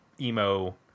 emo